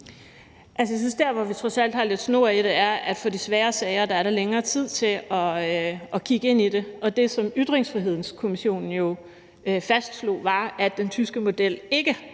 der, hvor vi trods alt har lidt snor i det, er, ved at der i forbindelse med de svære sager er længere tid til at kigge ind i det. Det, som Ytringsfrihedskommissionen jo fastslog, var, at den tyske model ikke